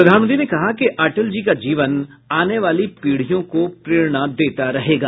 प्रधानमंत्री ने कहा कि अटल जी का जीवन आने वाली पीढ़ियों को प्रेरणा देता रहेगा